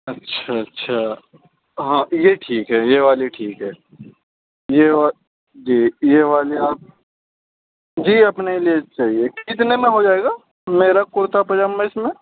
اچھا اچھا ہاں یہ ٹھیک ہے یہ والی ٹھیک ہے یہ وا جی یہ والی آپ جی اپنے لیے چاہیے کتنے میں ہو جائے گا میرا کرتا پاجامہ اس میں